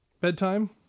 bedtime